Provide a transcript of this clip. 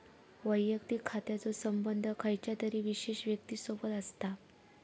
वैयक्तिक खात्याचो संबंध खयच्या तरी विशेष व्यक्तिसोबत असता